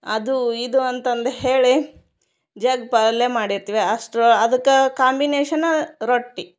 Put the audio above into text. ಅದು ಇದು ಅಂತಂದು ಹೇಳಿ ಜಗ್ಗಿ ಪಲ್ಯ ಮಾಡಿರ್ತೀವಿ ಅಷ್ಟರ ಅದಕ್ಕಾ ಕಾಂಬಿನೇಷನ ರೊಟ್ಟಿ